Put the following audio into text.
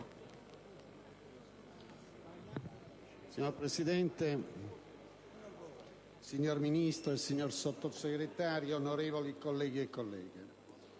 Signora Presidente, signor Ministro, signor Sottosegretario, onorevoli colleghe e colleghi,